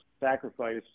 sacrifice